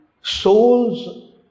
soul's